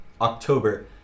October